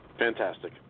Fantastic